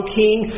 king